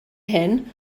hyn